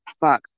Fuck